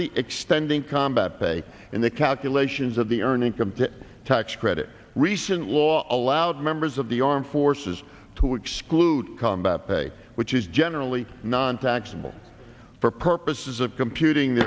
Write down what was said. permanently extending combat pay and the calculations of the earn income tax credit recent law allowed members of the armed forces to exclude combat pay which is generally nontaxable for purposes of computing